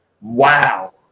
Wow